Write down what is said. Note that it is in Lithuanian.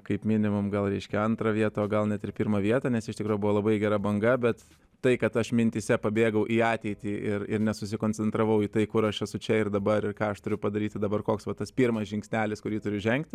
kaip minimam gal reiškia antrą vietą o gal net ir pirmą vietą nes iš tikro buvo labai gera banga bet tai kad aš mintyse pabėgau į ateitį ir ir nesusikoncentravau į tai kur aš esu čia ir dabar ir ką aš turiu padaryti dabar koks va tas pirmas žingsnelis kurį turi žengti